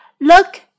look